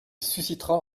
suscitera